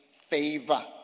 favor